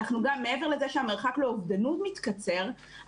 מעבר לזה שהמרחק לאובדנות מתקצר,